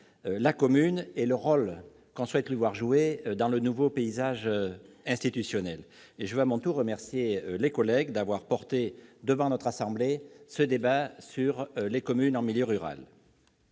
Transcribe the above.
la commune et le rôle qu'on souhaite lui voir jouer dans le nouveau paysage institutionnel. Je veux à mon tour remercier nos collègues d'avoir demandé l'organisation dans notre assemblée de ce débat sur les communes en milieu rural.